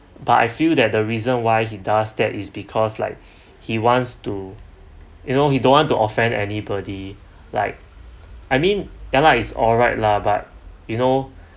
but I feel that the reason why he does that is because like he wants to you know he don't want to offend anybody like I mean ya lah it's all right lah but you know